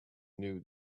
new